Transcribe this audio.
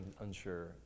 unsure